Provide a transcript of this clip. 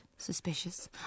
Suspicious